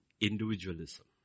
individualism